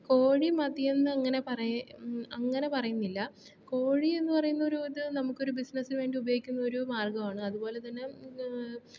കോഴി മതിയെന്ന് അങ്ങനെ പറയ് അങ്ങനെ പറയുന്നില്ല കോഴി എന്നു പറയുന്ന ഒരിത് നമുക്കൊരു ബിസിനസ്സിനു വേണ്ടി ഉപയോഗിക്കുന്നൊരു മാർഗ്ഗമാണ് അതുപോലെ തന്നെ